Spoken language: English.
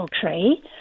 tree